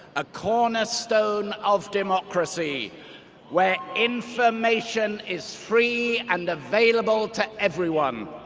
a cornerstone of democracy where information is free and available to everyone.